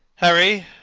harry,